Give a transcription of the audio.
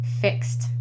fixed